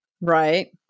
Right